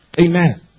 Amen